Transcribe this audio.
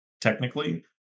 Technically